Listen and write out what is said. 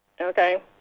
Okay